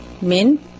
Min